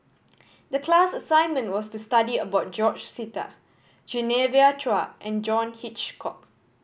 the class assignment was to study about George Sita Genevieve Chua and John Hitchcock